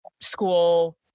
school